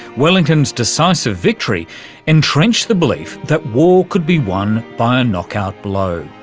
wellington's decisive victory entrenched the belief that war could be won by a knock-out blow.